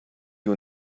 you